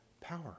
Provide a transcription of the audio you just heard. power